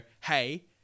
hey